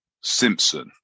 simpson